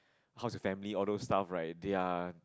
house or family all those stuff like their